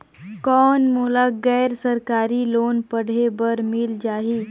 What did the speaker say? कौन मोला गैर सरकारी लोन पढ़े बर मिल जाहि?